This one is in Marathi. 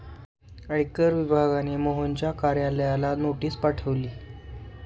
आयकर विभागाने मोहनच्या कार्यालयाला नोटीस पाठवली